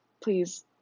please